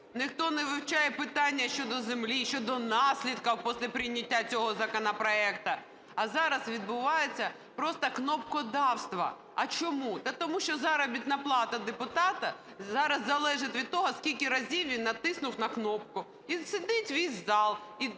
ніхто не вивчає питання щодо землі, щодо наслідків після прийняття цього законопроекту. А зараз відбувається просто кнопкодавство. А чому? А тому що заробітна плата депутата зараз залежить від того, скільки разів він натиснув на кнопку, і сидить увесь зал